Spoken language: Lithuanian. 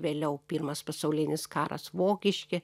vėliau pirmas pasaulinis karas vokiški